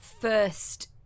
first